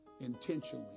intentionally